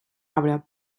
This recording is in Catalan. arbre